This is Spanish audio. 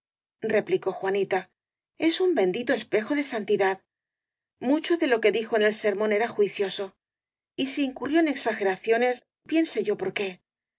padre replicó juanita es un bendito espejo de santidad mucho de lo que dijo en el sermón era juicioso y si incurrió en exageraciones bien sé yo por qué